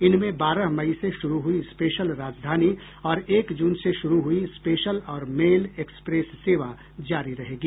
इनमें बारह मई से शुरू हुई स्पेशल राजधानी और एक जून से शुरू हुई स्पेशल और मेल एक्सप्रेस सेवा जारी रहेगी